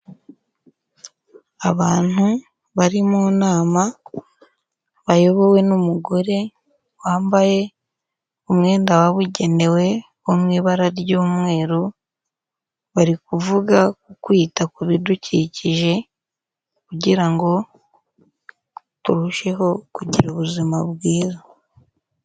Abantu bari mu nama, bayobowe n'umugore wambaye umwenda wabugenewe wo mu ibara ry'umweru, bari kuvuga ku kwita ku bidukikije, kugira ngo turusheho kugira ubuzima bwiza.